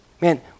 Man